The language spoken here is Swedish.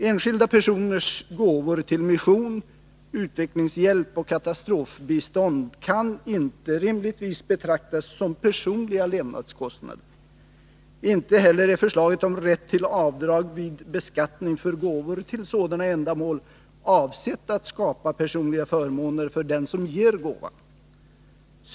Enskilda personers gåvor till mission, utvecklingshjälp och katastrofbistånd kan inte rimligtvis betraktas som personliga levnadskostnader. Inte heller är förslaget om rätt till avdrag vid beskattningen för gåvor till sådana ändamål avsett att skapa personliga förmåner för den som ger gåvan.